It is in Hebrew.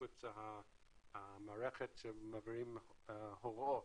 סוויפט זו המערכת שמעבירים הוראות,